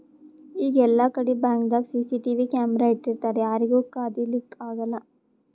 ಈಗ್ ಎಲ್ಲಾಕಡಿ ಬ್ಯಾಂಕ್ದಾಗ್ ಸಿಸಿಟಿವಿ ಕ್ಯಾಮರಾ ಇಟ್ಟಿರ್ತರ್ ಯಾರಿಗೂ ಕದಿಲಿಕ್ಕ್ ಆಗಲ್ಲ